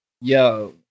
yo